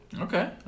okay